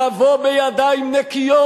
תבוא בידיים נקיות,